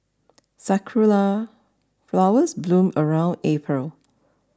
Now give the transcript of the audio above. sakura flowers bloom around April